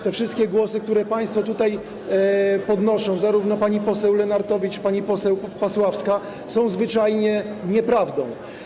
Te wszystkie głosy, to, co państwo tutaj podnoszą, zarówno pani poseł Lenartowicz, jak i pani poseł Pasławska, to zwyczajnie nieprawda.